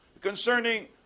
concerning